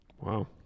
wow